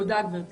תודה גברתי.